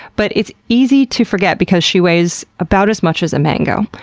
but it's easy to forget because she weighs about as much as a mango.